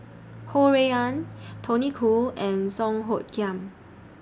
Ho Rui An Tony Khoo and Song Hoot Kiam